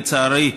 לצערי,